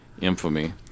infamy